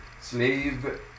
Slave